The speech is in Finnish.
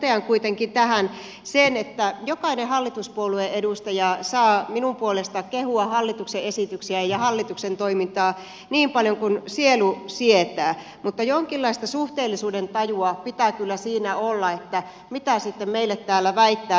totean kuitenkin tähän sen että jokainen hallituspuolueen edustaja saa minun puolestani kehua hallituksen esityksiä ja hallituksen toimintaa niin paljon kuin sielu sietää mutta jonkinlaista suhteellisuudentajua pitää kyllä siinä olla mitä sitten meille täällä väittää